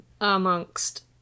amongst